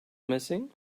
missing